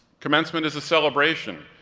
commencement is a celebration,